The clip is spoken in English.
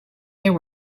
there